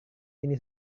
ini